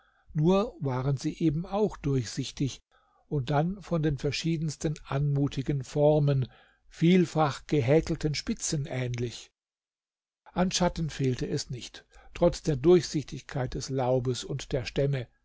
nur waren sie eben auch durchsichtig und dann von den verschiedensten anmutigen formen vielfach gehäkelten spitzen ähnlich an schatten fehlte es nicht trotz der durchsichtigkeit des laubes und der stämme